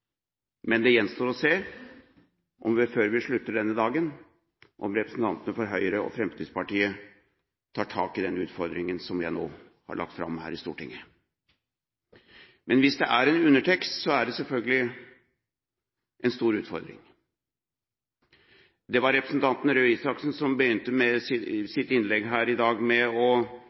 Det gjenstår å se om representantene fra Høyre og Fremskrittspartiet, før vi avslutter denne dagen, tar tak i den utfordringen jeg nå har lagt fram her i Stortinget. Men hvis det er en undertekst, er det selvfølgelig en stor utfordring. Representanten Røe Isaksen begynte sitt innlegg i dag med å